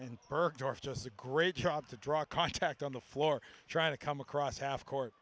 and bergdorf just a great shot to draw a contact on the floor trying to come across half court